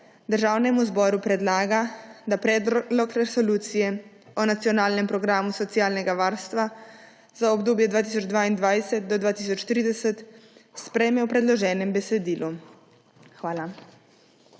Državnemu zboru predlaga, da predlog resolucije o nacionalnem programu socialnega varstva za obdobje 2022 do 2030 sprejme v predloženem besedilu. Hvala.